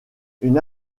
une